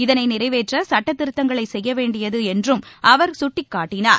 இதனை நிறைவேற்ற சட்டத்திருத்தங்களை செய்ய வேண்டியது என்றும் அவர் சுட்டிக்காட்டினார்